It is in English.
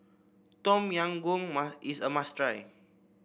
Tom Yam Goong is a must try